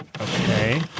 Okay